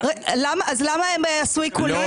אז למה הם עשו עיקולים?